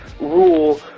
rule